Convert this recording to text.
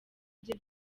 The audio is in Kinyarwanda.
bye